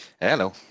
Hello